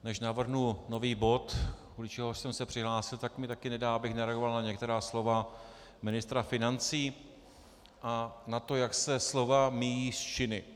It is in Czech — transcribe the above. Než navrhnu nový bod, kvůli čemuž jsem se přihlásil, tak mi taky nedá, abych nereagoval na některá slova ministra financí a na to, jak se slova míjejí s činy.